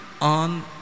on